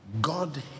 God